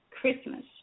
Christmas